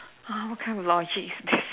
!wah! what kind of logic is that